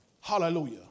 Hallelujah